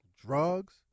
drugs